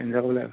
enjoy কৰিব লাগিব